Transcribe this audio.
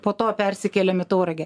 po to persikėlėm į tauragę